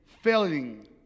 failing